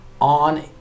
on